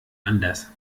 anders